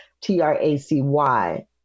T-R-A-C-Y